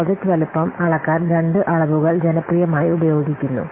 project വലുപ്പം അളക്കാൻ രണ്ട് അളവുകൾ ജനപ്രിയമായി ഉപയോഗിക്കുന്നു